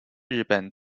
日本